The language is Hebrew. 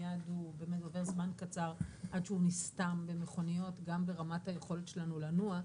עובר זמן קצר עד שהוא נסתם במכוניות גם ברמת היכולת שלנו לנוע,